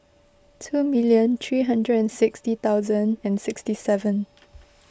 two million three hundred and sixty thousand and sixty seven